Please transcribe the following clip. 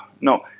no